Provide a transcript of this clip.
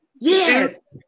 yes